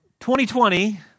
2020